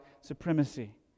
supremacy